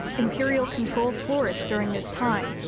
imperial control flourished during this time,